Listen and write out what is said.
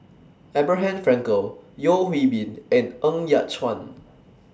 Abraham Frankel Yeo Hwee Bin and Ng Yat Chuan